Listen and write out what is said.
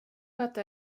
fatta